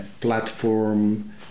platform